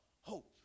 hope